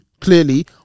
clearly